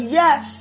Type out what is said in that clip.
yes